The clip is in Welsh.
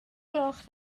gloch